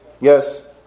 yes